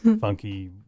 funky